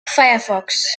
firefox